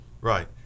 right